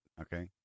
Okay